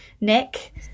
Nick